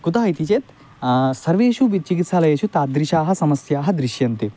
कुतः इति चेत् सर्वेषु वि चिकित्सालयेषु तादृश्यः समस्याः दृश्यन्ते